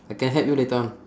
I can help you later on